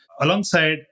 Alongside